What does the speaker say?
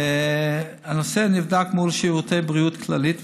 הנושא נבדק מול שירותי בריאות כללית,